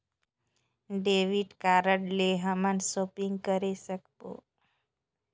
Debit card ले हमन shopping करे सकबो?